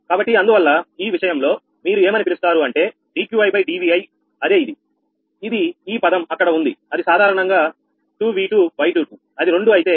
కాబట్టి అందువల్ల ఈ విషయంలో మీరు ఏమని పిలుస్తారు అంటే dQidVi అదే ఇది ఇది ఈ పదం అక్కడ ఉంది అది సాధారణంగా 2 V2 Y22 అది రెండు అయితే